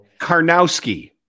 Karnowski